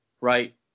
right